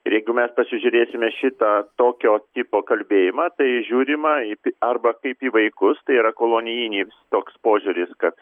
ir jeigu mes pasižiūrėsime šitą tokio tipo kalbėjimą tai žiūrima į arba kaip į vaikus tai yra kolonijinį toks požiūris kad